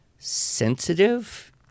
sensitive